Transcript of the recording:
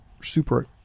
super